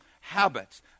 habits